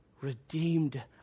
redeemed